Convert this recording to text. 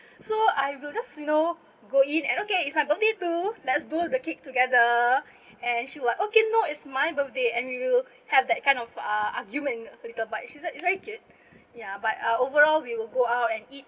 so I will just you know go in and okay it's my birthday too let's blow the cake together and she like okay no it's my birthday and we will have that kind of uh argument a little but she's a she's very cute ya but uh overall we will go out and eat